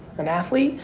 an athlete?